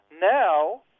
Now